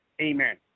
amen